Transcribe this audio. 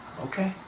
okay.